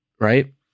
right